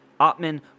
otman